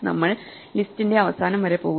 നമ്മൾ ലിസ്റ്റിന്റെ അവസാനം വരെ പോകുന്നു